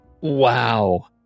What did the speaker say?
Wow